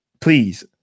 please